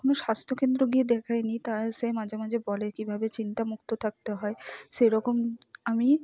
কোনও স্বাস্থ্যকেন্দ্র গিয়ে দেখাইনি তাই সে মাঝে মাঝে বলে কীভাবে চিন্তামুক্ত থাকতে হয় সেরকম আমি